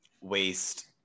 waste